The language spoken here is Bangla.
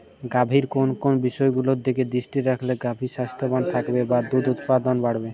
গাভীর কোন কোন বিষয়গুলোর দিকে দৃষ্টি রাখলে গাভী স্বাস্থ্যবান থাকবে বা দুধ উৎপাদন বাড়বে?